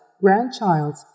grandchild